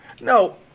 No